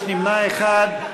יש נמנע אחד.